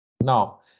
Now